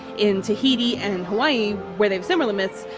in tahiti and hawaii, where they have similar myths,